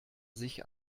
sich